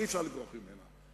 שאי-אפשר לברוח ממנה.